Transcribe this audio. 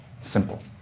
simple